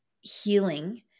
healing